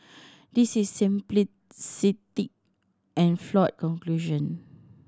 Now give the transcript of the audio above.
this is simplistic and flawed conclusion